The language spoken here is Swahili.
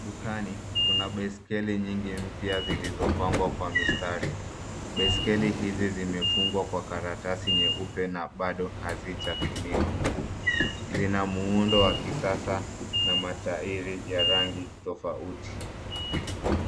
Dukani kuna baisikeli nyingi mpya zilizopangwa kwa mistari. Baiskeli hizi zimefungwa kwa karatasi nyeupe na bado hazijatumiwa. Zina muundo wa kisasa na mataili ya rangi tofauti.